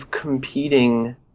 competing